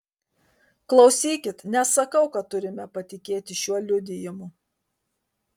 klausykit nesakau kad turime patikėti šiuo liudijimu